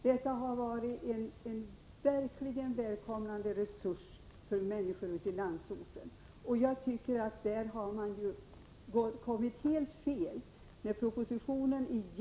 Dessa har verkligen blivit en välkommen resurs för människorna på dessa platser. Jag tycker att man i det här avseendet har hamnat helt fel i propositionen.